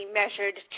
measured